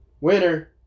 Winner